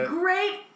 great